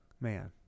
Man